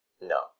No